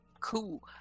cool